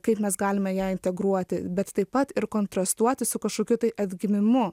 kaip mes galime ją integruoti bet taip pat ir kontrastuoti su kažkokiu tai atgimimu